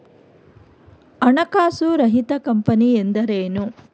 ಹಣಕಾಸು ರಹಿತ ಕಂಪನಿ ಎಂದರೇನು?